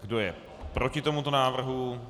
Kdo je proti tomuto návrhu?